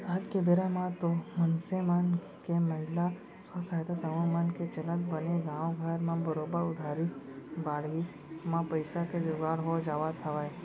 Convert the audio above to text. आज के बेरा म तो मनसे मन के महिला स्व सहायता समूह मन के चलत बने गाँवे घर म बरोबर उधारी बाड़ही म पइसा के जुगाड़ हो जावत हवय